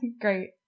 Great